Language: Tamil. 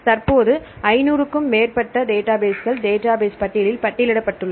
தற்போது 500 க்கும் மேற்பட்ட டேட்டாபேஸ்கள் டேட்டாபேஸ் பட்டியலில் பட்டியலிடப்பட்டுள்ளன